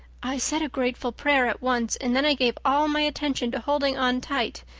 i said a grateful prayer at once and then i gave all my attention to holding on tight,